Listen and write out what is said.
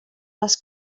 les